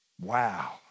Wow